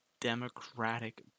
democratic